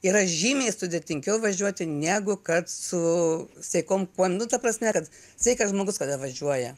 yra žymiai sudėtingiau važiuoti negu kad su sveikom kojom nu ta prasme kad sveikas žmogus kada važiuoja